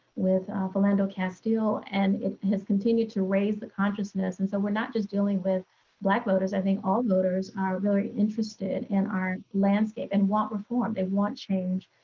with philando castile and it has continued to raise the consciousness. and so, we're not just dealing with black voters. i think all voters are very interested in our landscape and want reform. they want change.